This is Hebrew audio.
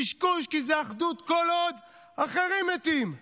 קשקוש, כי זו אחדות כל עוד אחרים מתים.